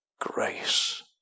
grace